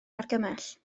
argymell